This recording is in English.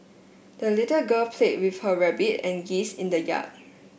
the little girl played with her rabbit and geese in the yard